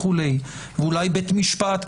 ואולי בית משפט,